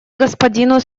господину